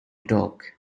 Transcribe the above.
talk